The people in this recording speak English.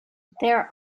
there